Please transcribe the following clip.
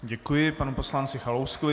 Děkuji panu poslanci Kalouskovi.